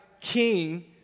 king